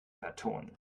vertonen